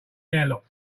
airlock